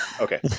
Okay